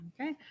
Okay